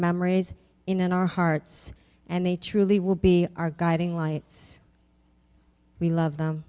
memories in our hearts and they truly will be our guiding lights we love t